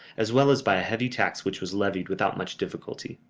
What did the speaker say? as well as by a heavy tax which was levied without much difficulty.